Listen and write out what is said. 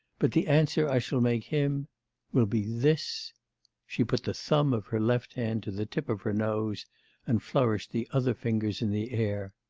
but the answer i shall make him will be this she put the thumb of her left hand to the tip of her nose and flourished the other fingers in the air.